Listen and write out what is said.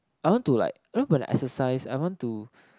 I want to like you know when I exercise I want to